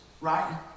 right